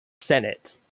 Senate